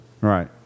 Right